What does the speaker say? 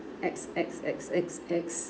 X X X X X